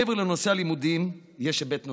מעבר לנושא הלימודים, יש היבט נוסף: